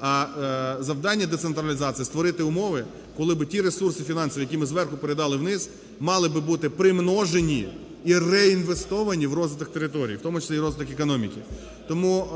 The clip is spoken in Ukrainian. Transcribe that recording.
а завдання децентралізації – створити умови, коли би ті ресурси фінансові, які ми зверху передали вниз, мали би бути примножені і реінвестовані в розвиток територій, в тому числі і в розвиток економіки. Тому